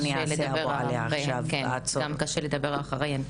גם קשה לדבר אחריהן.